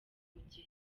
mugenzi